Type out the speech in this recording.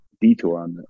detour